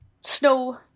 snow